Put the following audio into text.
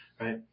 Right